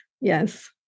Yes